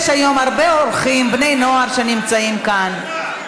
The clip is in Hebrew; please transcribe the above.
יש היום הרבה אורחים, בני נוער, שנמצאים כאן.